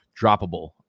droppable